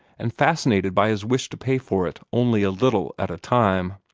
and fascinated by his wish to pay for it only a little at a time.